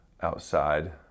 outside